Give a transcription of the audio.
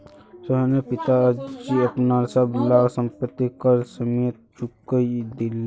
सोहनेर पिताजी अपनार सब ला संपति कर समयेत चुकई दिले